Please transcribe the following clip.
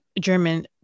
German